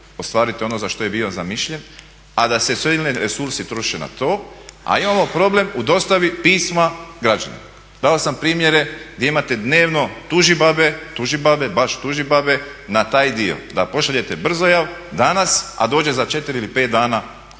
ostvariti ono za što je bio zamišljen, a da se silni resursi troše na to, a imamo problem u dostavi pisma građanima. Dao sam primjere gdje imate dnevno tužibabe, baš tužibabe na taj dio da pošaljete brzojav danas a dođe za četiri ili pet dana